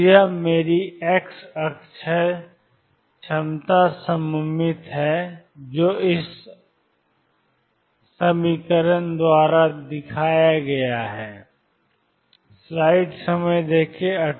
तो यह मेरी एक्स अक्ष है क्षमता सममित है V0δxa V0δ